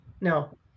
no